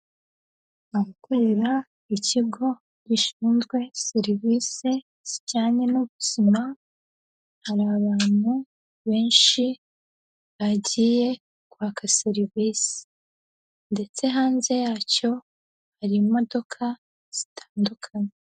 Abakorera ikigo gishinzwe serivisi zijyanye n'ubuzima, hari abantu benshi bagiye kwaka serivisi ndetse hanze yacyo hari imodoka zitandukanye.